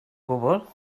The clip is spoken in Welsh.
gwbl